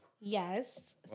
Yes